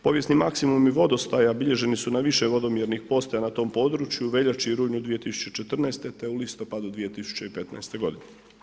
Povijesni maksimumi vodostaja bilježeni su na više vodomjernih postaja na tom području u veljači i rujnu 2014. te u listopadu 2015. godine.